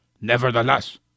Nevertheless